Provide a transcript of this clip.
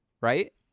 right